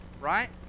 right